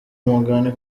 mugani